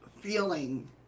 feeling